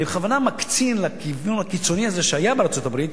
אני בכוונה מקצין לכיוון הקיצוני הזה שהיה בארצות-הברית,